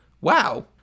Wow